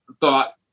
thought